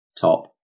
top